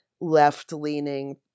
left-leaning